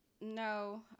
no